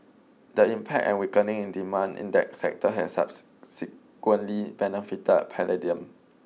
the impact and weakening in demand in that sector has subsequently benefited palladium